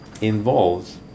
involves